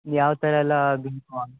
ಯಾವ ಥರ ಎಲ್ಲ ಅದು